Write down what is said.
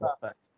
perfect